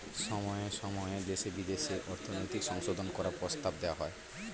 সময়ে সময়ে দেশে বিদেশে অর্থনৈতিক সংশোধন করার প্রস্তাব দেওয়া হয়